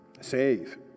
save